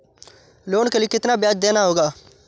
Loan के लिए कितना ब्याज देना होगा?